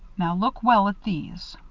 now look well at these.